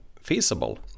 feasible